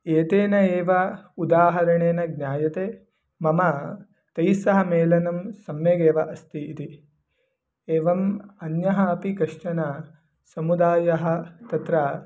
एतेन एव उदाहरणेन ज्ञायते मम तैस्सह मेलनं सम्यगेव अस्ति इति एवम् अन्यः अपि कश्चन समुदायः तत्र